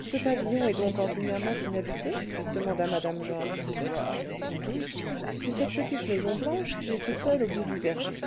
ce pavillon est donc ordinairement inhabité demanda mme georges sans doute c'est cette petite maison blanche qui est toute seule au bout du verger